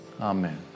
Amen